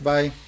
Bye